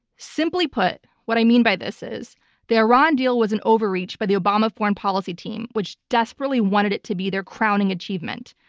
simply put, what i mean by this is the iran deal was an overreach by the obama foreign policy team, which desperately wanted it to be their crowning achievement.